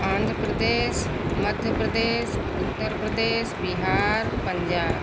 Andhra Pradesh Madhya Pradesh Uttar Pradesh Bihar Punjab